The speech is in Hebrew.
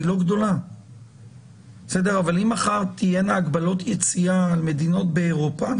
הוא לא גדול אבל אם מחר תהיינה הגבלות יציאה למדינות באירופה,